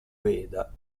veda